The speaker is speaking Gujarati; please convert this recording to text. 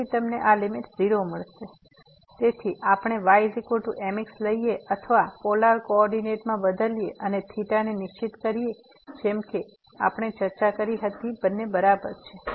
તેથી તમને આ લીમીટ 0 મળશે તેથી આપણે ymx લઈએ અથવા પોલાર કોઓર્ડિનેટ માં બદલીએ અને θ ને નિશ્ચિત કરીએ જેમ કે આપણે ચર્ચા કરી હતી બંને બરાબર છે